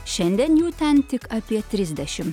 šiandien jų ten tik apie trisdešim